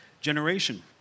generation